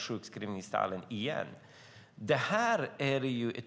sjukskrivningstalen ökar igen.